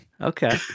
Okay